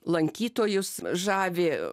lankytojus žavi